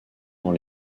dans